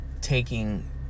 taking